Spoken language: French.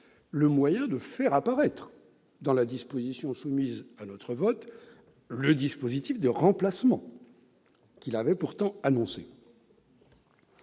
nourries, de faire apparaître dans la loi soumise à notre vote le dispositif de remplacement qu'il avait pourtant annoncé.